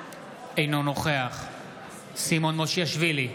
אינו נוכח סימון מושיאשוילי,